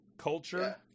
culture